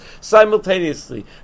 simultaneously